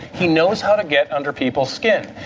he knows how to get under people's skin.